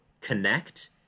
connect